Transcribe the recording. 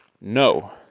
No